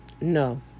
No